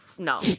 No